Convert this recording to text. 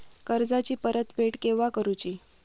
कर्जाची परत फेड केव्हा करुची?